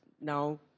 now